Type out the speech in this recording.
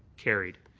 carried.